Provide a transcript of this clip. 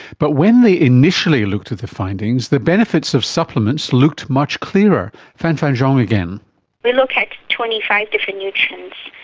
but when they initially looked at the findings, the benefits of supplements looked much clearer. fang fang zhang we looked at twenty five different nutrients.